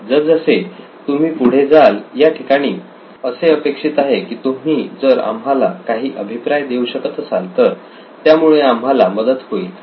जसजसे तुम्ही पुढे जाल या ठिकाणी असे अपेक्षित आहे की तुम्ही जर आम्हाला काही अभिप्राय देऊ शकत असाल तर त्यामुळे आम्हाला मदत होईल